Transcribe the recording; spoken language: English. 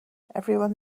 everyone